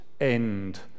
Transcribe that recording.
end